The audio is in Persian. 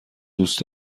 دوست